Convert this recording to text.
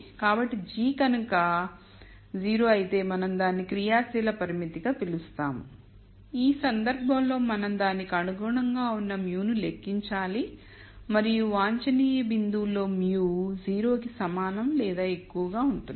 కాబట్టి g కనుక క 0 అయితే మనం దానిని క్రియాశీల పరిమితి eగా పిలుస్తాము ఈ సందర్భంలో మనం దానికి అనుగుణంగా ఉన్న μ ను లెక్కించాలి మరియు వాంఛనీయ బిందువు లో μ 0 కి సమానం లేదా ఎక్కువగా ఉంటుంది